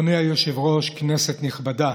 אדוני היושב-ראש, כנסת נכבדה,